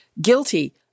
guilty